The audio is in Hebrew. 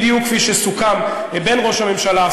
בדיוק כפי שסוכם בין ראש הממשלה,